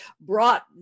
brought